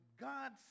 God